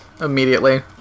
immediately